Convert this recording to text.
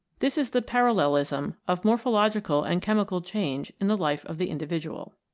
this is the parallelism of morphological and chemical change in the life of the individual.